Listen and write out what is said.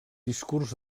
discurs